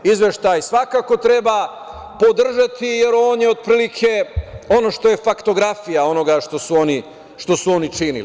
Izveštaj svakako treba podržati jer on je otprilike ono što je faktografija onoga što su oni činili.